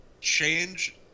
change